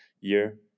year